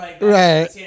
Right